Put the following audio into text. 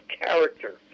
character